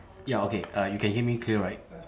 ya okay uh you can hear me clear right